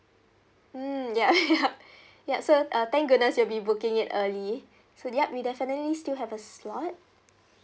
mm ya ya ya so uh thank goodness you'll be booking it early so ya we definitely still have a slot